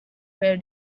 where